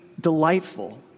delightful